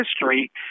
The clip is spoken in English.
history